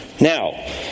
Now